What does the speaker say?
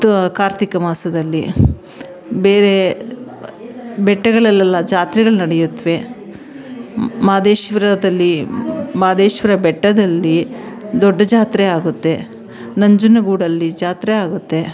ತಾ ಕಾರ್ತಿಕ ಮಾಸದಲ್ಲಿ ಬೇರೆ ಬೆಟ್ಟಗಳಲ್ಲೆಲ್ಲ ಜಾತ್ರೆಗಳು ನಡೆಯುತ್ತವೆ ಮಹದೇಶ್ವರದಲ್ಲಿ ಮಹದೇಶ್ವರ ಬೆಟ್ಟದಲ್ಲಿ ದೊಡ್ಡ ಜಾತ್ರೆ ಆಗುತ್ತೆ ನಂಜನಗೂಡಲ್ಲಿ ಜಾತ್ರೆ ಆಗುತ್ತೆ